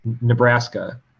Nebraska